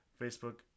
Facebook